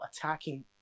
attacking